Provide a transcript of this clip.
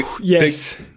Yes